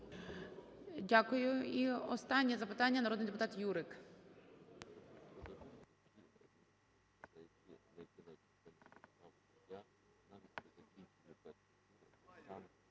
Дякую. І останнє запитання – народний депутат Юрик.